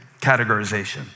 categorization